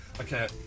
Okay